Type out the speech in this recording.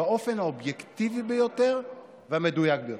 באופן האובייקטיבי ביותר והמדויק ביותר.